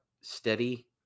steady